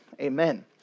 amen